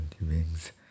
wings